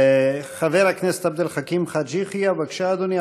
חבר הכנסת עבד אל חכים חאג' יחיא, בבקשה, אדוני.